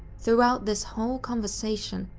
throughout this whole conversation,